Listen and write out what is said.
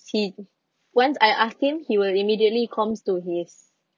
he once I ask him he will immediately comms to his